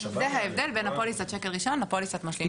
זה ההבדל בין פוליסת שקל ראשון לפוליסת משלים שב"ן.